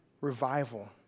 revival